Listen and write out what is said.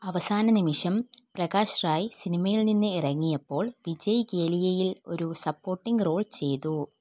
അവസാന നിമിഷം പ്രകാശ് റായ് സിനിമയിൽ നിന്ന് ഇറങ്ങിയപ്പോൾ വിജയ് ഗേലിയയിൽ ഒരു സപ്പോർട്ടിംഗ് റോൾ ചെയ്തു